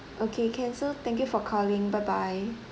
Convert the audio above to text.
okay can so thank you for calling bye bye